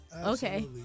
Okay